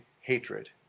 hatred